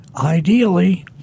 ideally